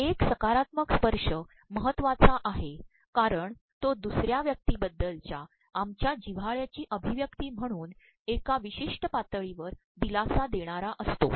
एक सकारात्मक स्त्पशय महत्वाचा आहे कारण तो दसु र्या व्यक्तीबद्दलच्या आमच्या प्जव्हाळ्याची अमभव्यक्ती म्हणून एका प्रवमशष्ि पातळीवर द्रदलासा देणारा असतो